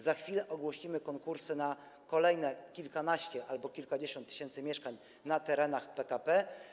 Za chwilę ogłosimy konkursy na kolejne kilkanaście albo kilkadziesiąt tysięcy mieszkań na terenach PKP.